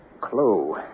clue